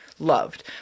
loved